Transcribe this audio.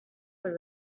was